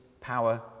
power